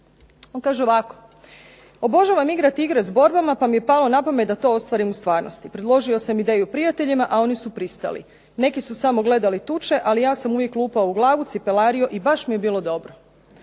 On kaže ovako: